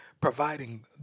providing